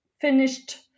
finished